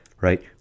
Right